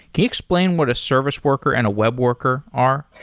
you explain what a service worker and a web worker are?